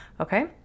Okay